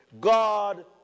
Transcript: God